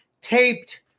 taped